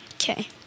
Okay